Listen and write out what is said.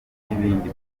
n’ibindi